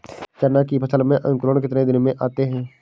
चना की फसल में अंकुरण कितने दिन में आते हैं?